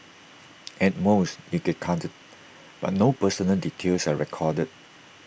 at most you get carded but no personal details are recorded